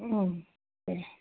दे